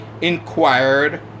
inquired